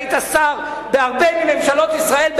היית שר בהרבה מממשלות ישראל,